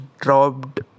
dropped